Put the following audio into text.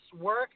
work